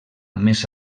més